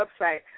website